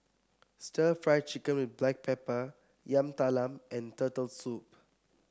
stir Fry Chicken with Black Pepper Yam Talam and Turtle Soup